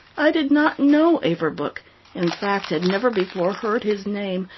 i did not know averbuch in fact, had never before heard his name,